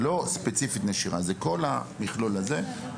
זה לא רק ספציפית נשירה אלא של כל המכלול הזה.